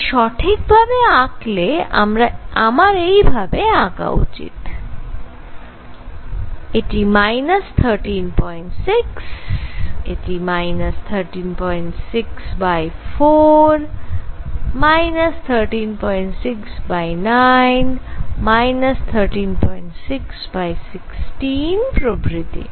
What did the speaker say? তাই সঠিক ভাবে আঁকলে আমার এই ভাবে আঁকা উচিত 136 136 4 136 9 136 16 প্রভৃতি